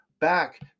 back